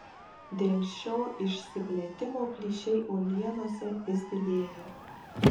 dėl šio išsiplėtimo plyšiai uolienose vis didėja